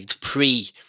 pre